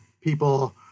people